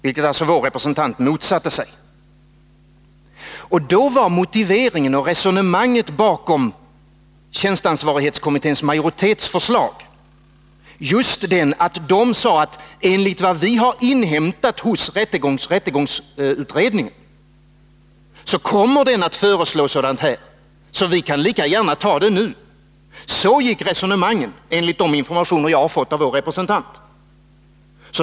Detta motsatte sig vår representant. Då var motiveringen bakom tjänsteansvarighetskommitténs majoritetsförslag just att kommittén sade sig ha inhämtat hos rättegångsutredningen, att utredningen skulle komma att lägga fram ett sådant förslag. Vi kan därför lika gärna ta det nu, menade kommittén. Så gick resonemanget enligt de informationer som jag har fått av vår representant.